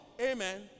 amen